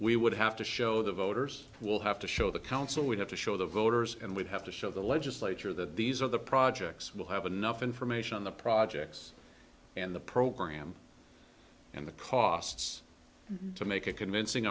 we would have to show the voters will have to show the council we have to show the voters and we have to show the legislature that these are the projects will have enough information on the projects and the program in the costs to make a convincing